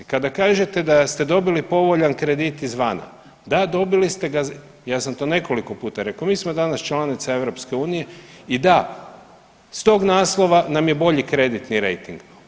Kada kažete da ste dobili povoljan kredit izvana, da, dobili ste ga, ja sam to nekoliko puta rekao, mi smo danas članica EU i da, s tog naslova nam je bolji kreditni rejting.